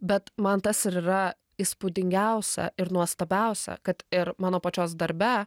bet man tas ir yra įspūdingiausia ir nuostabiausia kad ir mano pačios darbe